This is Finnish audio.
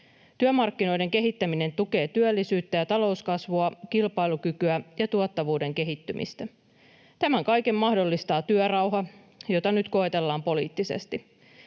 Työmarkkinoiden kehittäminen tukee työllisyyttä ja talouskasvua, kilpailukykyä ja tuottavuuden kehittymistä. Tämän kaiken mahdollistaa työrauha, jota nyt koetellaan poliittisesti.